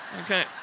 Okay